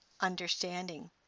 understanding